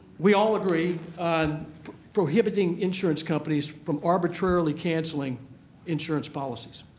we all agree on prohibiting insurance companies from arbitrarily cancelling insurance policies.